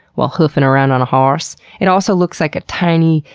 while hoofing around on a horse. it also looks like a tiny,